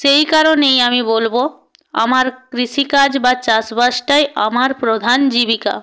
সেই কারণেই আমি বলবো আমার কৃষিকাজ বা চাষবাসটাই আমার প্রধান জীবিকা